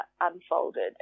unfolded